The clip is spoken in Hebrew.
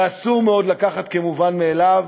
ואסור בהחלט לקחת כמובן מאליו.